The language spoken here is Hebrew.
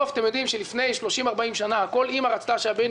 ברגע שרשות אחת תוקעת לי כל הרשת תקועה.